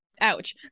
ouch